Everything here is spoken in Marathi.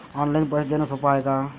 ऑनलाईन पैसे देण सोप हाय का?